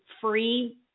free